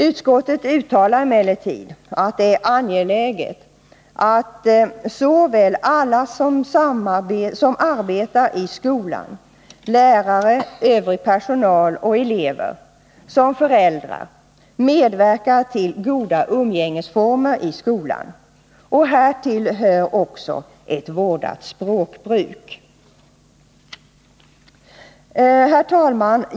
Utskottet uttalar emellertid att det är angeläget att såväl alla som arbetar i skolan — lärare, övrig personal och elever — som föräldrar medverkar till goda umgängesformer i skolan. Härtill hör också ett vårdat språkbruk. Herr talman!